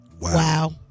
Wow